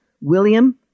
William